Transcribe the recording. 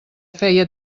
feia